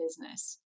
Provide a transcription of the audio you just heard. business